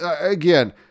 again